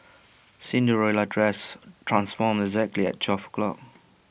Cinderella's dress transformed exactly at twelve o' clock